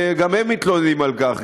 גם הם מתלוננים על כך.